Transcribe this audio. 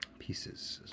pieces.